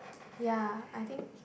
ya I think